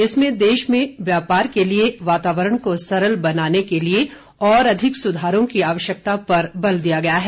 इसमें देश में व्यापार के लिए वातावरण को सरल बनाने के लिए और अधिक सुधारों की आवश्यकता पर बल दिया गया है